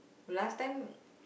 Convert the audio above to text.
last time